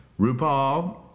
RuPaul